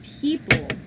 people